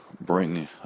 bring